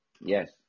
Yes